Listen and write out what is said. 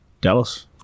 Dallas